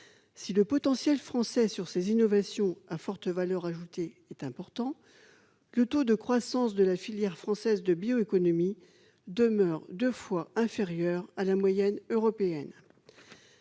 Si le potentiel français sur ces innovations à forte valeur ajoutée est important, le taux de croissance de la filière française de bioéconomie demeure deux fois inférieur à la moyenne européenne.